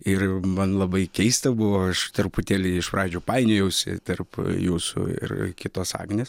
ir man labai keista buvo aš truputėlį iš pradžių painiojausi tarp jūsų ir ir kitos agnės